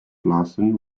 larsen